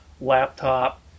laptop